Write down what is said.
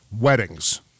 weddings